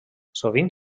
sovint